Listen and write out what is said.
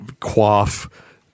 quaff